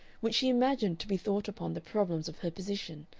which she imagined to be thought upon the problems of her position,